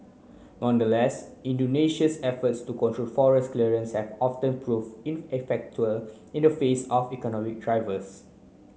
nonetheless Indonesia's efforts to control forest clearance have often prove in the face of economic drivers